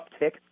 uptick